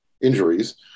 injuries